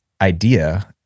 idea